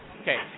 Okay